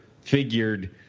figured